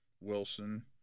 Wilson